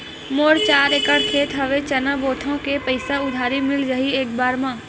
मोर चार एकड़ खेत हवे चना बोथव के पईसा उधारी मिल जाही एक बार मा?